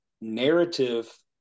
narrative